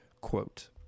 quote